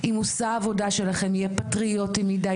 אם נושא העבודה שלכם יהיה פטריוטי מדי,